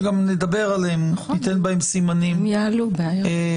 שגם נדבר בהם וניתן בהם סימנים היום,